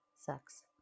Sucks